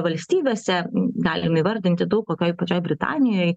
valstybėse galim įvardinti daug kokioj pačioj britanijoj